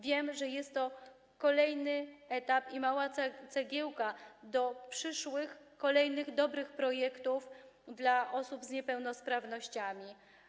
Wiem, że jest to kolejny etap i mała cegiełka do przyszłych kolejnych dobrych projektów dla osób z niepełnosprawnościami.